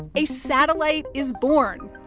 a satellite is born.